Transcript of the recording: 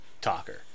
talker